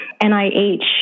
NIH